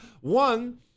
One